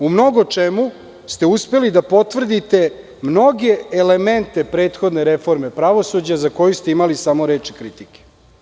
U mnogo čemu ste uspeli da potvrdite mnoge elemente prethodne reforme pravosuđa za koju ste imali samo reči kritike.